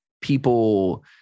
people